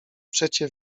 przecie